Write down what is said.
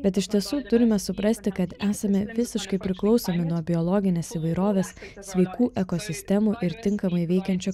bet iš tiesų turime suprasti kad esame visiškai priklausomi nuo biologinės įvairovės sveikų ekosistemų ir tinkamai veikiančio